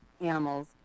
animals